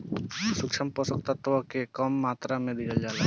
सूक्ष्म पोषक तत्व के कम मात्रा में दिहल जाला